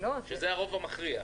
כי זה הרוב המכריע.